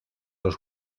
los